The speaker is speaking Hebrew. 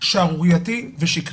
ששערורייתי ושקרי.